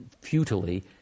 futilely